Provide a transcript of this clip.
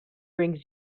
brings